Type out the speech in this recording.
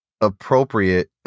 appropriate